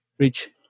reach